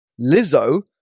Lizzo